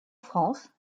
france